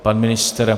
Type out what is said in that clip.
Pan ministr?